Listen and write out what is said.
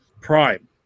Prime